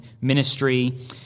ministry